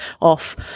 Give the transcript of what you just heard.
off